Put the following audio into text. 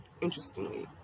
interestingly